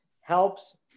helps